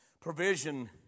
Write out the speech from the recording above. Provision